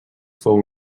fou